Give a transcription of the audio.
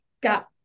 got